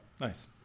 Nice